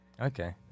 Okay